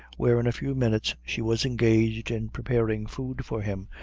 where in a few minutes she was engaged in preparing food for him,